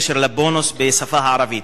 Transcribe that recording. בקשר לבונוס בשפה הערבית.